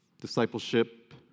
discipleship